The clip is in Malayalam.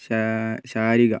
ശാ ശാരിക